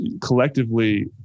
collectively